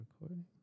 recording